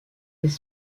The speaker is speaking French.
des